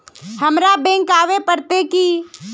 हमरा बैंक आवे पड़ते की?